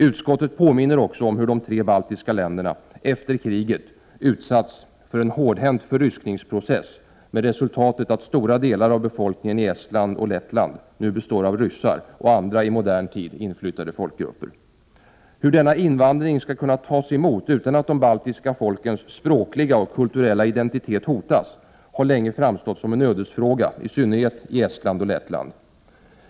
Utskottet påminner vidare om hur de tre baltiska länderna efter kriget utsatts för en hårdhänt förryskningsprocess, med resultatet att stora delar av befolkningen i Estland och Lettland nu består av ryssar och andra i modern tid inflyttade folkgrupper. Hur denna invandring skall kunna tas emot utan att de baltiska folkens språkliga och kulturella identitet hotas har länge framstått som en ödesfråga, i synnerhet i Estland och Lettland.